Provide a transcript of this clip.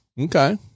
Okay